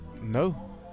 No